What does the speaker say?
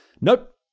Nope